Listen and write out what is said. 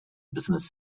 business